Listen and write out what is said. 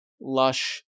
lush